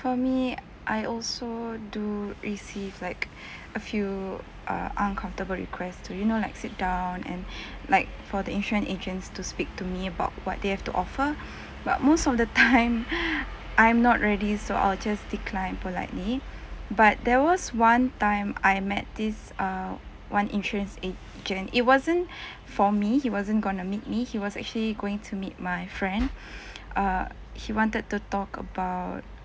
for me I also do receive like a few uh uncomfortable request do you know like sit down and like for the insurance agents to speak to me about what they have to offer but most of the time I'm not ready so I'll just decline politely but there was one time I met this uh one insurance agent it wasn't for me he wasn't going to meet me he was actually going to meet my friend uh he wanted to talk about